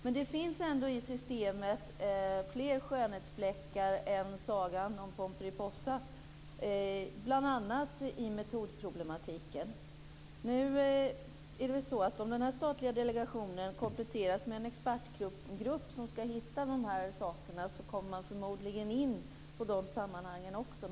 Men det finns ändå fler skönhetsfläckar i systemet än sagan om Pomperipossa, bl.a. i metodproblematiken. Om den statliga delegationen kompletteras med en expertgrupp som skall hitta de här sakerna kommer man förmodligen in på de sammanhangen också.